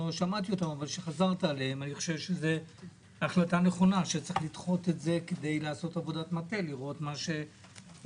את זה שצריך לדחות את האישור כדי לעשות עבודת מטה ולראות מה יקרה.